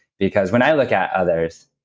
because when i look at others,